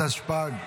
התשפ"ג 2023,